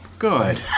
Good